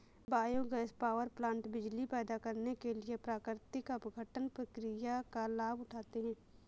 biogas power plant बिजली पैदा करने के लिए प्राकृतिक अपघटन प्रक्रिया का लाभ उठाते हैं